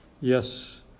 Yes